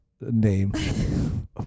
name